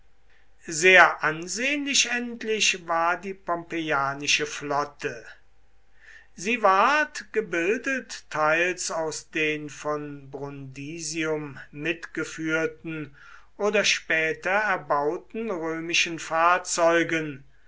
sehr ansehnlich endlich war die pompeianische flotte sie ward gebildet teils aus den von brundisium mitgeführten oder später erbauten römischen fahrzeugen